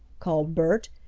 called bert.